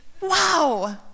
Wow